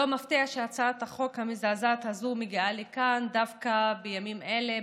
לא מפתיע שהצעת החוק המזעזעת הזו מגיעה לכאן דווקא בימים אלה,